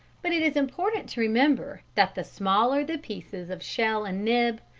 but it is important to remember that the smaller the pieces of shell and nib,